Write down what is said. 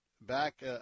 back